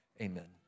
amen